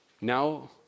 Now